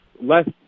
less